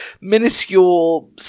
minuscule